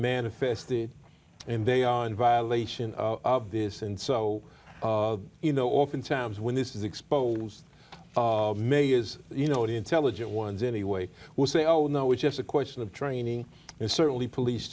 manifested and they are in violation of this and so you know oftentimes when this is exposed may is you know intelligent ones anyway will say oh no it's just a question of training and certainly police